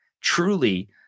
truly